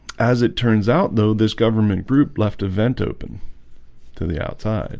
as it turns out though this government group left a vent open to the outside